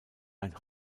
ein